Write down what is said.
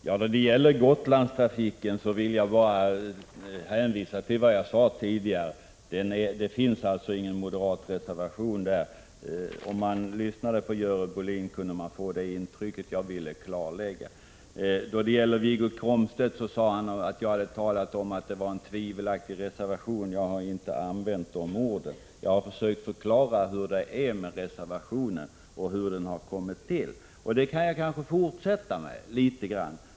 Herr talman! Beträffande Gotlandstrafiken vill jag hänvisa till vad jag sade tidigare. Det finns alltså ingen moderat reservation där. När man lyssnade på Görel Bohlin kunde man få intrycket att det fanns. Jag vill bara klarlägga detta. Wiggo Komstedt sade att jag hade talat om att det var en tvivelaktig reservation. Jag har inte använt de orden. Jag har försökt förklara hur det är med den reservationen och hur den har kommit till. Jag kan kanske fortsätta med det litet.